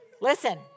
listen